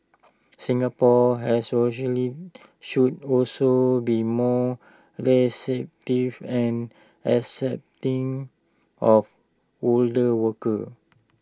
Singapore as socially should also be more receptive and accepting of older workers